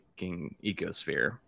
ecosphere